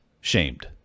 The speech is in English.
shamed